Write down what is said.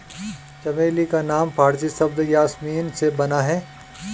चमेली का नाम फारसी शब्द यासमीन से बना है